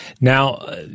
now